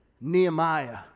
Nehemiah